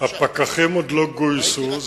הפקחים עוד לא גויסו,